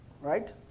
Right